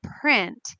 print